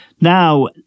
Now